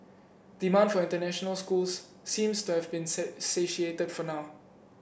demand for international schools seems to have been satiated for now